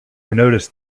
noticed